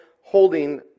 holding